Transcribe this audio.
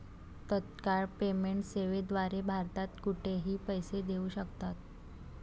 तत्काळ पेमेंट सेवेद्वारे भारतात कुठेही पैसे देऊ शकतात